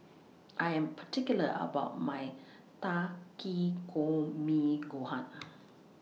I Am particular about My Takikomi Gohan